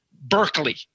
Berkeley